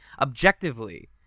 objectively